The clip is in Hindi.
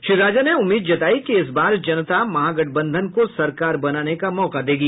श्री राजा ने उम्मीद जतायी कि इस बार जनता महागठबंधन को सरकार बनाने का मौका देगी